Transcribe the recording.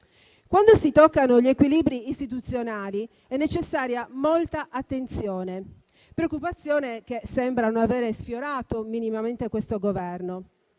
«quando si toccano gli equilibri istituzionali» è necessaria «molta attenzione», preoccupazione che sembra non avere sfiorato minimamente questo Governo.